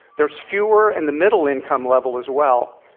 there's fewer in the middle income level as well.